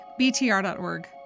BTR.org